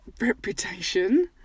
reputation